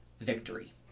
victory